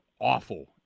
awful